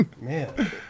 Man